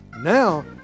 now